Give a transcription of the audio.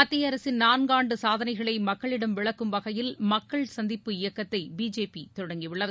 மத்திய அரசின் நான்கு ஆண்டு சாதனைகளை மக்களிடம் விளக்கும் வகையில் மக்கள் சந்திப்பு இயக்கத்தை பிஜேபி தொடங்கியுள்ளது